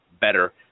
better